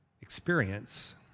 experience